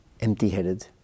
empty-headed